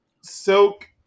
Silk